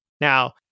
Now